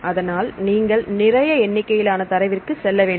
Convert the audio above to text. அதனால் நீங்கள் நிறைய எண்ணிக்கையிலான தரவிற்கு செல்ல வேண்டும்